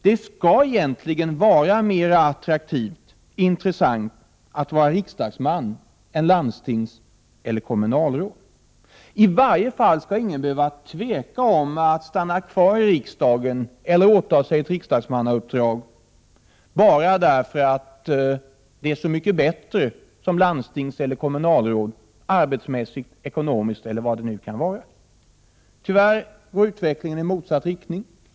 Det skall egentligen vara mera attraktivt och intressant att vara riksdagsman än att vara landstingseller kommunalråd. I varje fall skall ingen behöva tveka att stanna kvar i riksdagen eller att åtaga sig ett riksdagsmannauppdrag bara därför att man har det så mycket bättre som landstingseller kommunalråd — arbetsmässigt, ekonomiskt eller vad det nu kan vara. Tyvärr går utvecklingen i motsatt riktning.